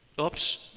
Oops